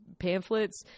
pamphlets